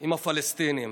עם הפלסטינים.